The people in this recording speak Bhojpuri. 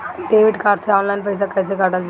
डेबिट कार्ड से ऑनलाइन पैसा कटा ले कि ना?